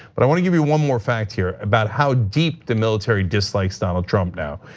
but i wanna give you one more fact here about how deep the military dislikes donald trump now.